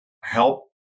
help